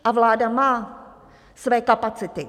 A vláda má své kapacity.